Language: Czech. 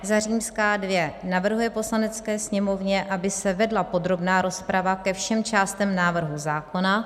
II. navrhuje Poslanecké sněmovně, aby se vedla podrobná rozprava ke všem částem návrhu zákona;